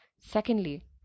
Secondly